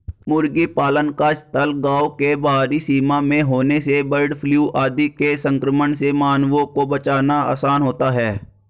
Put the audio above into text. मुर्गी पालन का स्थल गाँव के बाहरी सीमा में होने से बर्डफ्लू आदि के संक्रमण से मानवों को बचाना आसान होता है